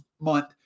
month